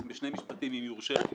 אם יורשה לי.